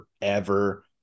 forever